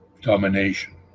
domination